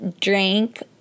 drank